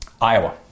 Iowa